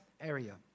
area